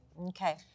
Okay